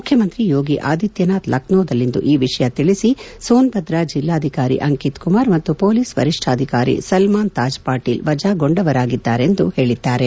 ಮುಖ್ಯಮಂತ್ರಿ ಯೋಗಿ ಆದಿತ್ಯನಾಥ್ ಲಕ್ನೋದಲ್ಲಿಂದು ಈ ವಿಷಯ ತಿಳಿಸಿ ಸೋನ್ಭದ್ರಾ ಜಿಲ್ಲಾಧಿಕಾರಿ ಅಂಕಿತ್ಕುಮಾರ್ ಮತ್ತು ಮೊಲೀಸ್ ವರಿಷ್ಠಾಧಿಕಾರಿ ಸಲ್ಲಾನ್ ತಾಜ್ ಪಾಟೀಲ್ ವಜಾಗೊಂಡವರಾಗಿದ್ದಾರೆಂದು ಹೇಳಿದ್ದಾರೆ